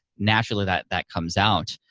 naturally, that that comes out.